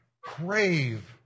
crave